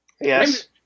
Yes